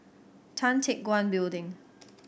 Tan Teck Guan Building